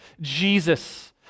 Jesus